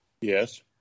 Yes